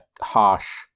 harsh